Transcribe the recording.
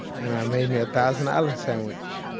and i made me a thousand island sandwich.